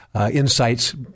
insights